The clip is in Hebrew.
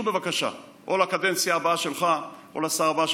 בבקשה לקדנציה הבאה שלך או לשר הבא.